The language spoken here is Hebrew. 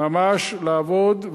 ממש לעבוד,